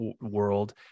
world